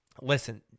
listen